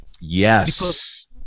Yes